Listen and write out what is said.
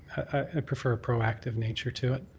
i prefer a proactive nature to it.